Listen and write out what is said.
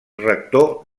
rector